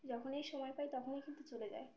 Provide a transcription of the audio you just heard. যখনই সময় পাই তখনই কিন্তু চলে যাই